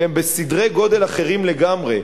שהם בסדרי גודל אחרים לגמרי.